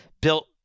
built